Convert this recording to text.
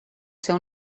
ser